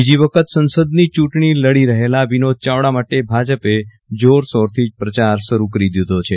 બીજી વખત સંસદની ચૂંટણી લડી રહેલા વિનોદ ચાવડા માટે ભાજપે જોરશોરથી પ્રચાર શરુ કરી દીધો છે